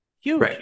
Huge